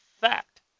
fact